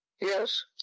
Yes